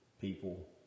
people